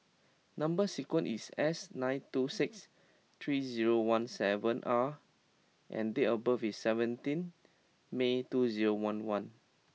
number sequence is S nine two six three zero one seven R and date of birth is seventeen May two zero one one